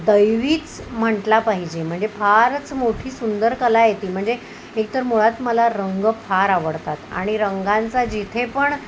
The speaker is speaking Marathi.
दैवीच म्हंटला पाहिजे म्हणजे फारच मोठी सुंदर कला येती म्हणजे एकतर मुळात मला रंग फार आवडतात आणि रंगांचा जिथे पण